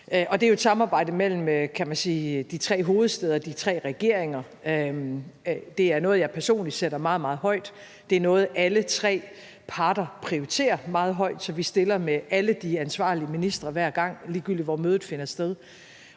Det er jo et samarbejde mellem, kan man sige, de tre hovedstæder, altså de tre regeringer. Det er noget, jeg personligt sætter meget, meget højt, og det er noget, alle tre parter prioriterer meget højt, så vi stiller med alle de ansvarlige ministre hver gang, ligegyldig hvor mødet finder sted.